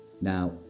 Now